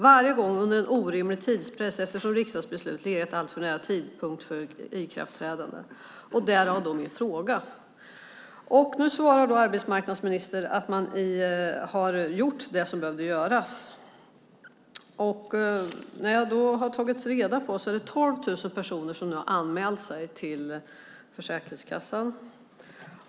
Varje gång under en orimlig tidspress eftersom riksdagsbeslut legat alltför nära tidpunkten för ikraftträdande." Det är detta min fråga handlar om. Nu svarar arbetsmarknadsministern att man har gjort det som behövde göras. Jag har tagit reda på att 12 000 personer har anmält sig till Försäkringskassan.